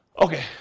Okay